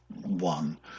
one